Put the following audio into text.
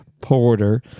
Porter